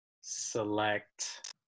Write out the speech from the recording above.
select